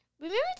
Remember